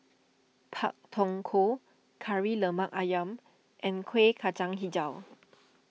Pak Thong Ko Kari Lemak Ayam and Kueh Kacang HiJau